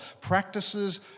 practices